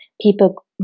people